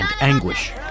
anguish